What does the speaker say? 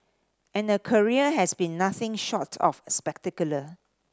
and her career has been nothing short of spectacular